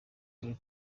dore